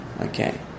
Okay